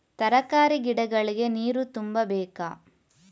ತರಕಾರಿ ಗಿಡಗಳಿಗೆ ನೀರು ತುಂಬಬೇಕಾ?